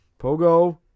Pogo